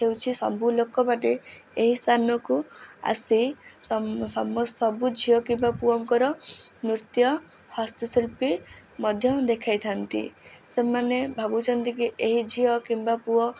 ହେଉଛି ସବୁ ଲୋକମାନେ ଏହି ସ୍ଥାନକୁ ଆସି ସବୁ ଝିଅ କିମ୍ବା ପୁଅଙ୍କର ନୃତ୍ୟ ହସ୍ତଶିଳ୍ପୀ ମଧ୍ୟ ଦେଖାଇଥାନ୍ତି ସେମାନେ ଭାବୁଛନ୍ତିକି ଏହି ଝିଅ କିମ୍ବା ପୁଅ